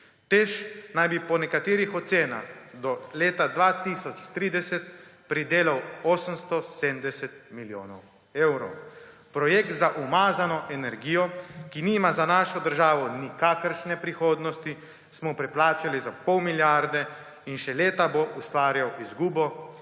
TEŠ naj bi po nekaterih ocenah do leta 2030 pridelal 870 milijonov evrov. Projekt za umazano energijo, ki nima za našo državo nikakršne prihodnosti, smo preplačali za pol milijarde in še leta bo ustvarjal izgubo,